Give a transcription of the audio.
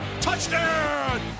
touchdown